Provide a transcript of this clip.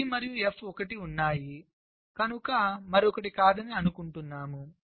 E మరియు F ఒకటి ఉన్నాయి కనుక మరొకటి కాదని అనుకుంటున్నాము